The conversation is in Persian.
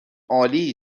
عالی